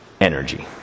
energy